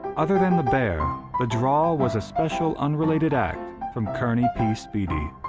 other than the bear, the draw was a special unrelated act from kearney p. speedy,